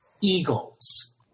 Eagles